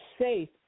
safe